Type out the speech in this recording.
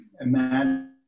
imagine